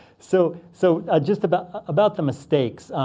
so so ah just about about the mistakes,